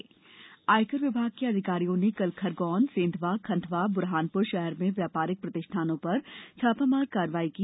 आयकर सर्वे आयकर विभाग के अधिकारियों ने कल खरगोन सेंधवा खंडवा बुरहानपुर शहर में व्यापारिक प्रतिष्ठानों पर छापा मार कार्रवाई की